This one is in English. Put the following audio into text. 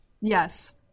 Yes